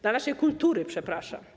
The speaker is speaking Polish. Dla naszej kultury, przepraszam.